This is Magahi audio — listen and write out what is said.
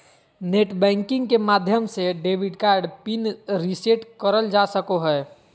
नेट बैंकिंग के माध्यम से डेबिट कार्ड पिन रीसेट करल जा सको हय